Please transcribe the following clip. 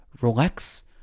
Relax